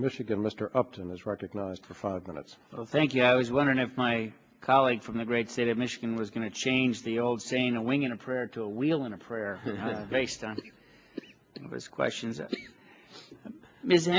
michigan mr upton is recognized for five minutes of thank you i was wondering if my colleague from the great state of michigan was going to change the old saying a wing and a prayer to a wheel and a prayer based on it was questions